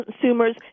consumers